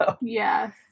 Yes